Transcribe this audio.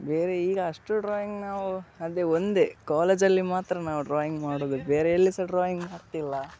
ಬೇರೆ ಈಗ ಅಷ್ಟು ಡ್ರಾಯಿಂಗ್ ನಾವು ಅದೇ ಒಂದೇ ಕಾಲೇಜಲ್ಲಿ ಮಾತ್ರ ನಾವು ಡ್ರಾಯಿಂಗ್ ಮಾಡೋದು ಬೇರೆ ಎಲ್ಲಿ ಸಹ ಡ್ರಾಯಿಂಗ್ ಮಾಡ್ತಿಲ್ಲ